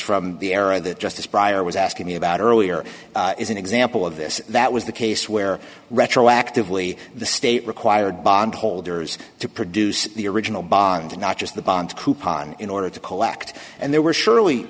from the era of the justice pryor was asking me about earlier is an example of this that was the case where retroactively the state required bondholders to produce the original bond and not just the bond coupon in order to collect and there were surely